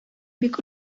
бик